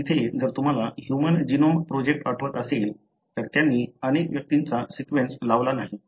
येथे जर तुम्हाला ह्यूमन जीनोम प्रोजेक्ट आठवत असेल तर त्यांनी अनेक व्यक्तींचा सीक्वेन्स लावला नाही